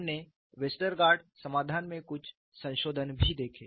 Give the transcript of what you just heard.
हमने वेस्टरगार्ड समाधान में कुछ संशोधन भी देखे